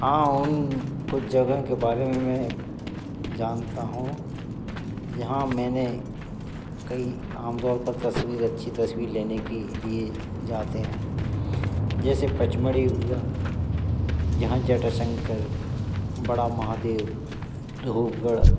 हाँ उन कुछ जगह के बारे में मैं जानता हूँ जहाँ मैंने कई आमतौर पर तस्वीर अच्छी तस्वीर लेने के लिए जाते हैं जैसे पचमड़ी हुआ जहाँ जटा शंकर बड़ा महादेव धूपगढ़